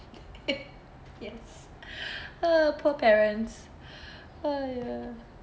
yes uh poor parents uh ya